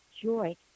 joy